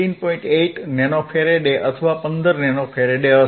8 nano faraday અથવા 15 nano faraday હશે